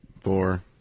four